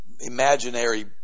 imaginary